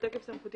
התקנות קובעות